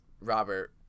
Robert